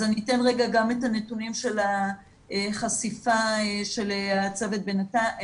אז אני אתן רגע גם את הנתונים של החשיפה של הצוות בנצרת.